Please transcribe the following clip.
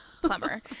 plumber